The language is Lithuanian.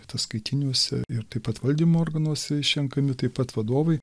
ataskaitiniuose ir taip pat valdymo organuose išrenkami taip pat vadovai